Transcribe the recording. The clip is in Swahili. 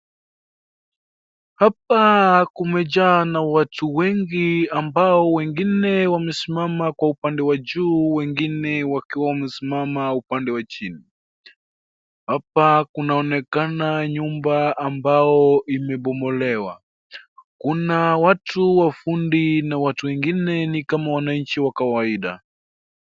Hapa kumejaa na watu wengi ambao wengine wamesimama kwa upande wa juu wengine wakiwa wamesimama upande wa chini, hapa kunaonekana nyumba ambao imebomolewa, kuna watu wafundi na watu wengine ni kama wananchi wa kawaida.